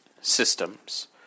systems